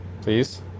Please